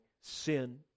sin